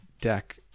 deck